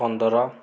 ପନ୍ଦର